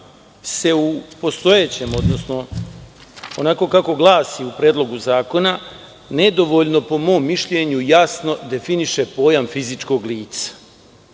se u postojećem zakona, odnosno onako kako glasi u Predlogu zakona, nedovoljno po mom mišljenju i jasno definiše pojam fizičkog lica. Ako